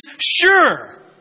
sure